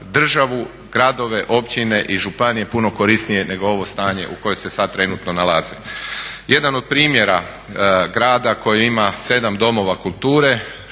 državnu, gradove, općine i županije puno korisnije nego ovo stanje u kojem se sad trenutno nalaze. Jedan od primjera grada koji ima 7 domova kulture,